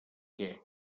què